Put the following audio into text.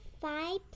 five